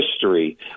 history